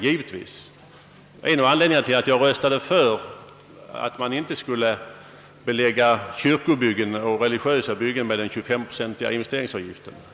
Det var en av anledningarna till att jag häromdagen röstade för att inte kyrkobyggen och religiösa byggen över huvud taget skulle beläggas med den 25-procentiga investeringsavgiften.